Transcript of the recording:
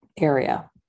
area